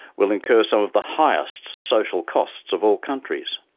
will incur some of the highest social costs of all countries.